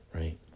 right